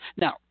Now